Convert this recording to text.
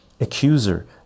accuser